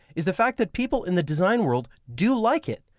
is the fact that people in the design world do like it.